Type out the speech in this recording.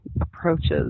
approaches